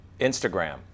Instagram